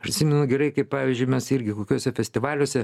aš atsimenu gerai kaip pavyzdžiui mes irgi kokiuose festivaliuose